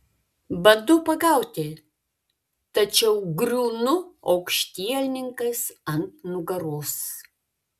bandau pagauti tačiau griūnu aukštielninkas ant nugaros